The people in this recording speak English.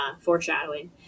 Foreshadowing